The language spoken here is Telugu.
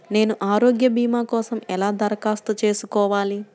నేను ఆరోగ్య భీమా కోసం ఎలా దరఖాస్తు చేసుకోవాలి?